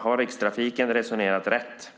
Har Rikstrafiken resonerat rätt?